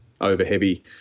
over-heavy